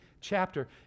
chapter